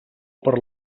per